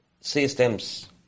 systems